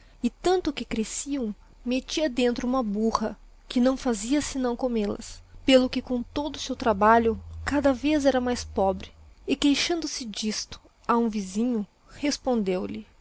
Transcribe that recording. e tanto que crescião mettia dentro huma burra que nao fazia senão comer lhas pelo que com todo o seu trabalho cada vez era mais pobre e queixando-se disto a hum visinho respondeo lhe